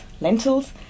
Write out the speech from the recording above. lentils